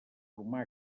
formar